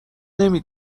نمی